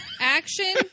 action